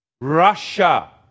Russia